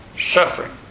suffering